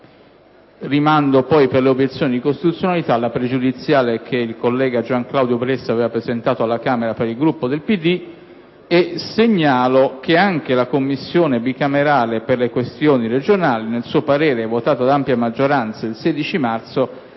Rimando per le obiezioni di costituzionalità alla questione pregiudiziale che il collega Gianclaudio Bressa aveva presentato alla Camera per il Gruppo PD e segnalo che anche la Commissione bicamerale per le questioni regionali, nel suo parere, votato ad ampia maggioranza il 16 marzo,